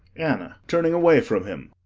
anna turning away from him